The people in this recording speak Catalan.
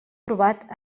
trobat